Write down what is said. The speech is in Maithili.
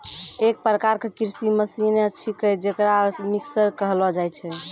एक प्रकार क कृषि मसीने छिकै जेकरा मिक्सर कहलो जाय छै